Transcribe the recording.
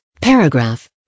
paragraph